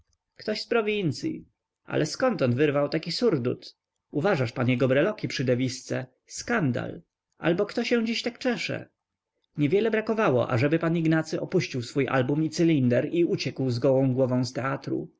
ktoś z prowincyi ale zkąd on wyrwał taki surdut uważasz pan jego breloki przy dewizce skandal albo kto się tak dziś czesze niewiele brakowało ażeby pan ignacy opuścił swoje album i cylinder i uciekł z gołą głową z teatru